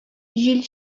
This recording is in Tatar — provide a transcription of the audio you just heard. җил